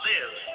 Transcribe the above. Live